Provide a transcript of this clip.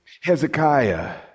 Hezekiah